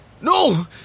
No